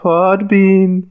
Podbean